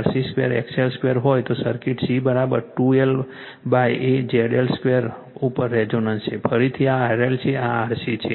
RC 2 XL 2 હોય તો circuit C 2 LZL 2 ઉપર રેઝોનન્સ છે ફરીથી આ RL છે આ RC છે